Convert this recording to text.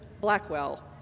Blackwell